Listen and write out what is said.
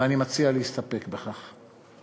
אני מציע להסתפק בהודעה.